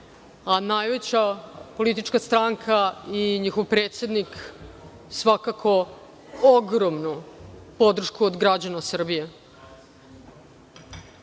a najveća politička stranka i njihov predsednik svakako ogromnu podršku od građana Srbije. Čini